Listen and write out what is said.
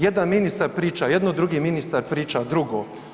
Jedan ministar priča jedno, drugi ministar priča drugo.